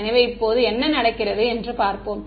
எனவே இப்போது என்ன நடக்கிறது என்று பார்ப்போம்